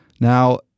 Now